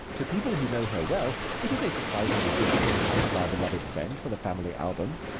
to people who know her well it is a surprisingly good tintype of our beloved friend, for the family album.